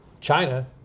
China